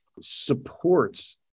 supports